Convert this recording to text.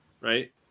right